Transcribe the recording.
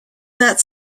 that